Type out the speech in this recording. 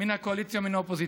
מן הקואליציה ומן האופוזיציה,